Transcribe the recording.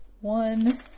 one